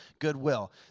goodwill